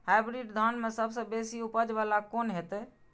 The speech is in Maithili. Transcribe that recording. हाईब्रीड धान में सबसे बेसी उपज बाला कोन हेते?